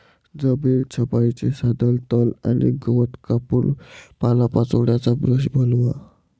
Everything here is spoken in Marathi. जमीन छपाईचे साधन तण आणि गवत कापून पालापाचोळ्याचा ब्रश बनवा